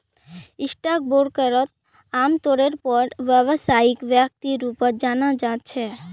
stock ब्रोकरक आमतौरेर पर व्यवसायिक व्यक्तिर रूपत जाना जा छे